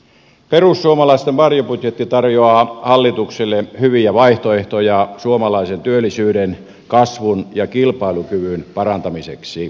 perussuomalaisten varjobudjetti tarjoaa hallitukselle hyviä vaihtoehtoja suomalaisen työllisyyden kasvun ja kilpailukyvyn parantamiseksi